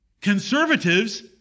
Conservatives